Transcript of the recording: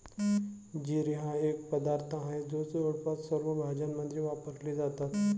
जिरे हा एक पदार्थ आहे जो जवळजवळ सर्व भाज्यांमध्ये वापरला जातो